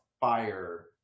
fire